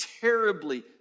terribly